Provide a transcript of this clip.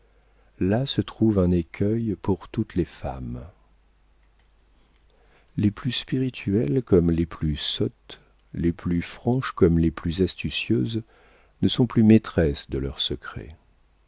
là se trouve un écueil pour toutes les femmes les plus spirituelles comme les plus sottes les plus franches comme les plus astucieuses ne sont plus maîtresses de leur secret